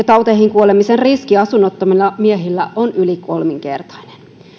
tauteihin kuolemisen riski asunnottomilla miehillä on yli kolminkertainen